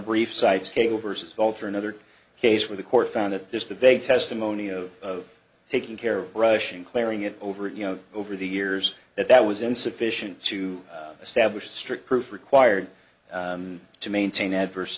brief cites cable versus vulture another case where the court found it just a big testimony of taking care of russian clearing it over you know over the years that that was insufficient to establish strict proof required to maintain adverse